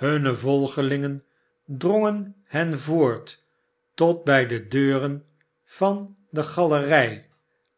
hunne volgelingen drongen hen voort tot bij de deuren van de galerij